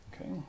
Okay